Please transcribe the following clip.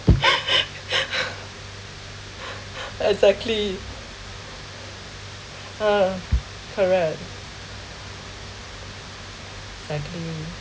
exactly ah correct exactly